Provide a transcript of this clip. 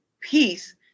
peace